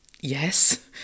yes